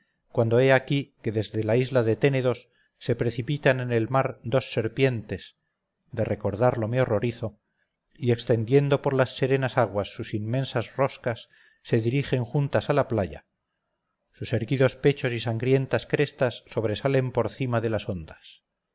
cuando he aquí que desde la isla de ténedos se precipitan en el mar dos serpientes de recordarlo me horrorizo y extendiendo por las serenas aguas sus inmensas roscas se dirigen juntas a la playa sus erguidos pechos y sangrientas crestas sobresalen por cima de las ondas